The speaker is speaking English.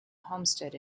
homestead